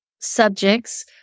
subjects